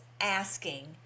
asking